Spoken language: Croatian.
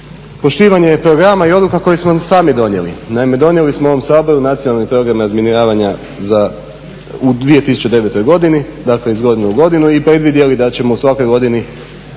poštivanje programa i odluka koje smo sami donijeli. Naime, donijeli smo ovom Saboru Nacionalni program razminiravanja u 2009. godini dakle iz godine u godinu i predvidjeli da ćemo u svakoj godini